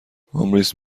ﻋﻤﺮﯾﺴﺖ